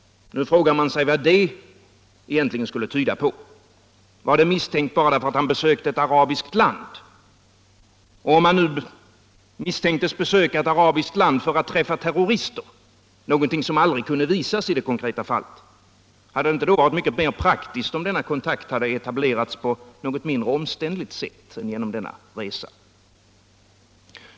Man frågar sig vad det egentligen skulle tyda på. Var det misstänkt bara därför att han besökt ett arabiskt land? Om han nu misstänktes besöka ett arabiskt land för att träffa terrorister — något som aldrig kunde visas i det konkreta fallet — hade det då inte varit mycket mer praktiskt om denna kontakt hade etablerats på något mindre omständligt sätt än genom denna resa?